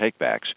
takebacks